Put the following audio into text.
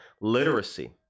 literacy